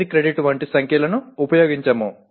5 credit వంటి సంఖ్యలను ఉపయోగించము